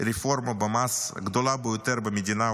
רפורמה במס הגדולה ביותר במדינה,